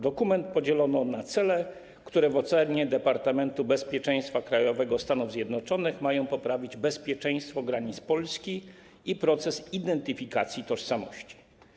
Dokument podzielono na cele, które w ocenie Departamentu Bezpieczeństwa Krajowego Stanów Zjednoczonych mają poprawić bezpieczeństwo granic Polski i proces identyfikacji tożsamości.